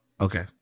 Okay